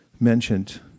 mentioned